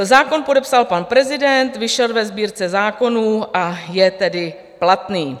Zákon podepsal pan prezident, vyšel ve Sbírce zákonů, a je tedy platný.